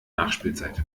nachspielzeit